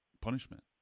punishment